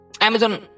Amazon